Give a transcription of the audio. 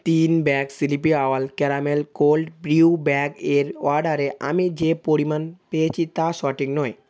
তিন bag sleepy owl caramel cold brew bag এর অর্ডারে আমি যে পরিমাণ পেয়েছি তা সঠিক নয়